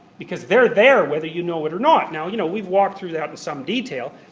because they're there whether you know it or not. now, you know, we've walked through that in some detail.